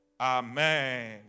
Amen